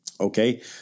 Okay